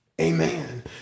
amen